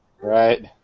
Right